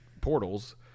portals